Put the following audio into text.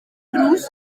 rus